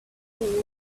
few